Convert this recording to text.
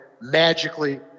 magically